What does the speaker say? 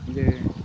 ᱡᱮ